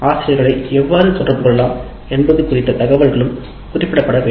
ஆசிரியர்களை எவ்வாறு தொடர்பு கொள்ளலாம் என்பது குறித்த தகவல்களும் குறிப்பிடப்பட வேண்டும்